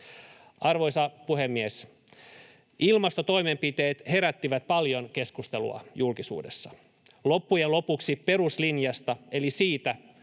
Arvoisa puhemies! Ilmastotoimenpiteet herättivät paljon keskustelua julkisuudessa. Loppujen lopuksi peruslinjasta eli siitä,